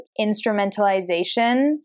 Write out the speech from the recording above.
instrumentalization